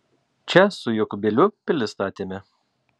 čia su jokūbėliu pilis statėme